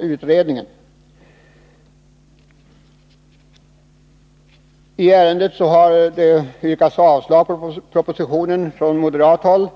I fråga om detta ärende har moderaterna yrkat avslag på propositionen. Inom utskottet